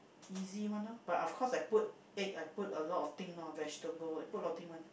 easy one lor but of course I put egg I put a lot of thing lor vegetable I put a lot of thing one